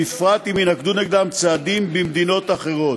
בפרט אם יינקטו נגדם צעדים במדינות אחרות.